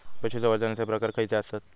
पशुसंवर्धनाचे प्रकार खयचे आसत?